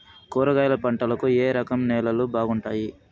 కూరగాయల పంటలకు ఏ రకం నేలలు బాగుంటాయి?